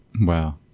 Wow